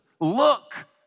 Look